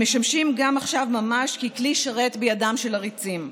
המשמשים גם עכשיו ממש ככלי שרת בידם של עריצים.